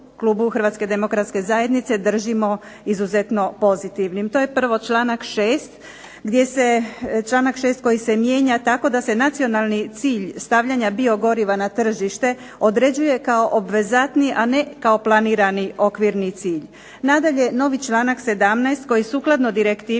Hrvatske demokratske zajednice držimo izuzetno pozitivnim. To je prvo članak 6., gdje se, članak 6. koji se mijenja tako da se nacionalni cilj stavljanja biogoriva na tržište određuje kao obvezatni, a ne kao planirani okvirni cilj. Nadalje novi članak 17. koji sukladno direktivi